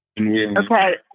Okay